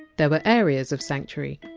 there were areas of sanctuary,